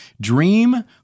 Dream